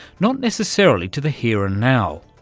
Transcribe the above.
not necessarily to the here and now,